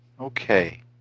Okay